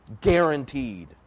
guaranteed